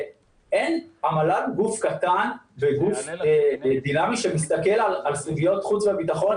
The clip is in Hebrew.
המל"ל גוף קטן וגוף דינאמי שמסתכל על סוגיות החוץ והביטחון.